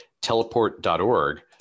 teleport.org